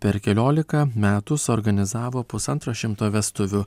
per kelioliką metų suorganizavo pusantro šimto vestuvių